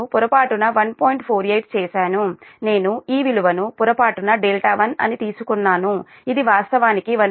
48 చేశాను నేను ఈ విలువను పొరపాటున 1 అని తీసుకున్నాను ఇది వాస్తవానికి 1